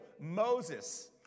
Moses